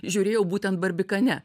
žiūrėjau būtent barbikane